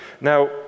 now